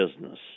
business